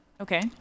Okay